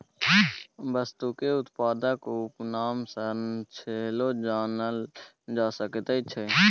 वस्तुकेँ उत्पादक उपनाम सँ सेहो जानल जा सकैत छै